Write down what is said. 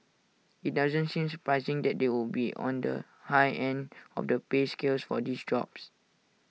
IT doesn't seem surprising that they would be on the high end of the pay scale for these jobs